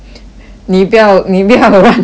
你不要你不要乱你不要